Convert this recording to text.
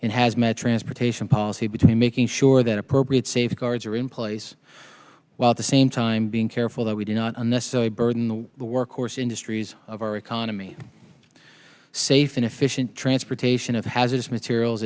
in hazmat transportation policy between making sure that appropriate safeguards are in place while the same time being careful that we do not unnecessary burden the workforce industries of our economy are safe and efficient transportation of hazardous materials